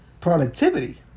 productivity